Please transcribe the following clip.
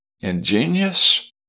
ingenious